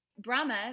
Brahma